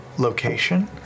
Location